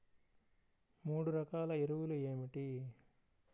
మూడు రకాల ఎరువులు ఏమిటి?